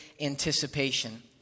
anticipation